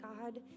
God